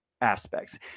aspects